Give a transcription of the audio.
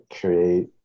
create